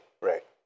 Right